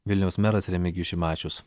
vilniaus meras remigijus šimašius